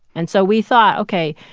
and so we thought, ok,